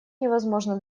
невозможно